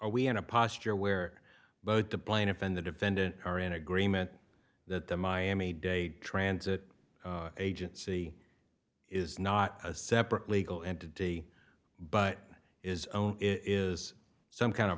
are we in a posture where both the plaintiff and the defendant are in agreement that the miami dade transit agency is not a separate legal entity but is own is some kind of